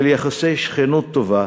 של יחסי שכנות טובה